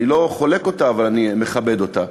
אני לא חולק אותה אבל אני מכבד אותה,